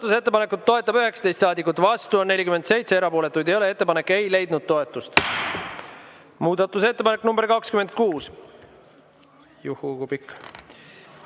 Muudatusettepanekut toetab 19 saadikut, vastu on 47, erapooletuid ei ole. Ettepanek ei leidnud toetust. Muudatusettepanek nr 26 – juhhuu, kui pikk!